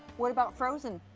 what about frozen?